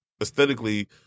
aesthetically